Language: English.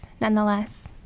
nonetheless